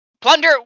Plunder